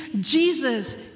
Jesus